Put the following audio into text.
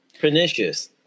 pernicious